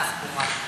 עוד פעם,